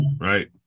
right